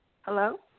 Hello